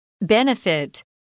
Benefit